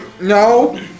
No